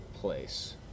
place